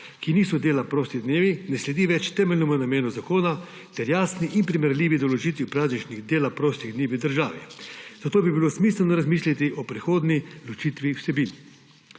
ki niso dela prosti dnevi, ne sledi več temeljnemu namenu zakona ter jasni in primerljivi določitvi prazničnih dela prostih dni v državi. Zato bi bilo smiselno razmisliti o prihodnji ločitvi vsebin.